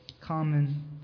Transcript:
common